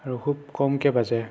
আৰু খুব কমকৈ বাজে